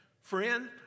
Friend